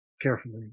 carefully